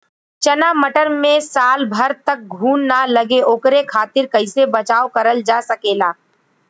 चना मटर मे साल भर तक घून ना लगे ओकरे खातीर कइसे बचाव करल जा सकेला?